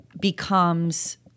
becomes